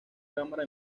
cámara